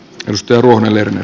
risto ruohonen lerner